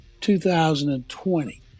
2020